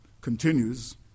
continues